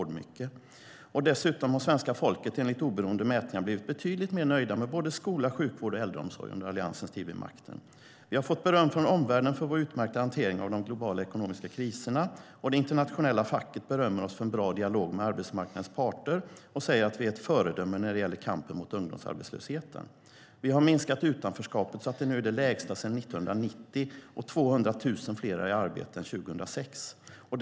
Dessutom har svenska folket enligt oberoende mätningar blivit betydligt mer nöjda med skola, sjukvård och äldreomsorg under Alliansens tid vid makten. Vi har fått beröm från omvärlden för vår utmärkta hantering av de globala ekonomiska kriserna, och det internationella facket berömmer oss för en bra dialog med arbetsmarknadens parter och säger att vi är ett föredöme när det gäller kampen mot ungdomsarbetslösheten. Vi har minskat utanförskapet så att det nu är det lägsta sedan 1990, och 200 000 fler är i arbete jämfört med 2006.